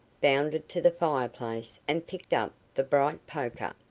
bounded to the fire-place, and picked up the bright poker.